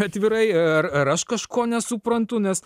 atvirai ar ar aš kažko nesuprantu nes